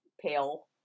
pale